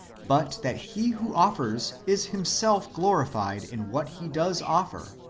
but that he who offers is himself glorified in what he does offer,